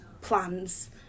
plans